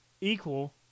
equal